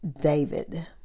David